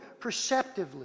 perceptively